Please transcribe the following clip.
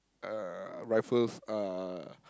uh rifles are